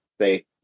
say